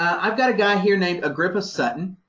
i've got a guy here named agrippa sutton.